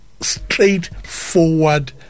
straightforward